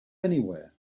anywhere